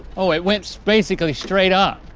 oh, it went so basically straight up.